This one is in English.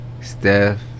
Steph